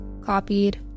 copied